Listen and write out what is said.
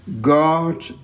God